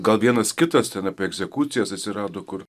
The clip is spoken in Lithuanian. gal vienas kitas ten apie egzekucijas atsirado kur